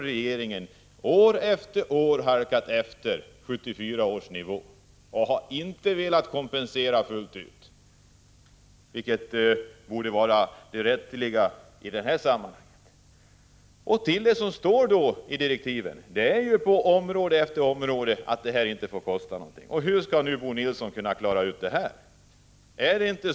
Regeringen har år efter år halkat efter 1974 års nivå och har inte velat kompensera fullt ut, vilket borde vara det riktiga i detta sammanhang. Det står i direktiven på område efter område att det inte får kosta någonting. Hur skall Bo Nilsson klara ut detta?